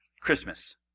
Christmas